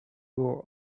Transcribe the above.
were